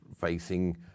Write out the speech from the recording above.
facing